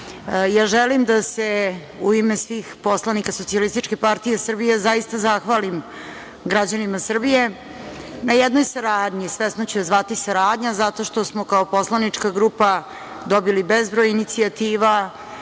želim da se u ime svih poslanika SPS zaista zahvalim građanima Srbije na jednoj saradnji. Svesno ću je zvati saradnja zato što smo kao poslanička grupa dobili bezbroj inicijativa,